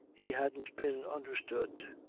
he hadn't been understood.